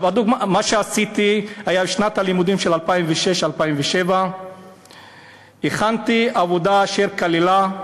מה שעשיתי היה לשנת הלימודים 2006/07. הכנסתי עבודה אשר כללה,